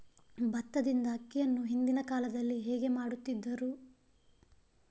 ಭತ್ತದಿಂದ ಅಕ್ಕಿಯನ್ನು ಹಿಂದಿನ ಕಾಲದಲ್ಲಿ ಹೇಗೆ ಮಾಡುತಿದ್ದರು?